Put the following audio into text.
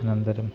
अनन्तरं